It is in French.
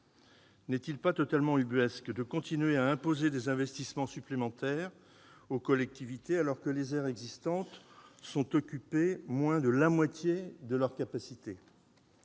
N'est-il pas totalement ubuesque de continuer à imposer des investissements supplémentaires aux collectivités, alors que les aires existantes sont occupées à moins de la moitié de leurs capacités ?